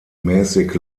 mäßig